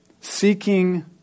seeking